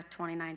29